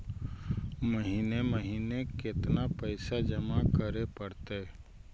महिने महिने केतना पैसा जमा करे पड़तै?